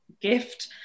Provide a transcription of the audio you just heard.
gift